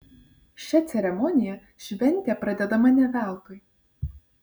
šia ceremonija šventė pradedama ne veltui